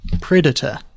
Predator